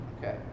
Okay